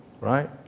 right